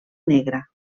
negra